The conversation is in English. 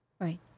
Right